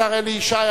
השר אלי ישי,